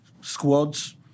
squads